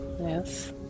Yes